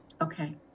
Okay